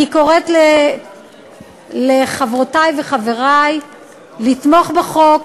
אני קוראת לחברותי וחברי לתמוך בחוק,